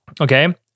okay